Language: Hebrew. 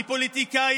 הכי קשים